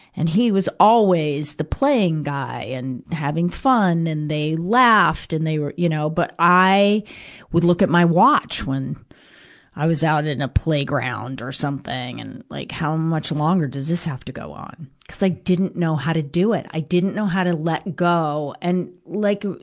and he was always the playing guy and having fun and they laughed and they were, you know. but i would look at my watch when i was out in a playground or something. and like, how much longer does this have to go on? cuz i didn't know how to do it. i didn't know how to let go. and, like,